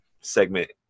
segment